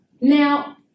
Now